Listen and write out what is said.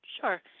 Sure